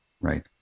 Right